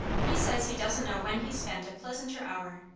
he says he doesn't know when he's spent a pleasanter hour.